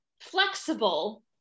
flexible